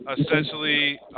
Essentially